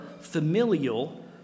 familial